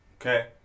Okay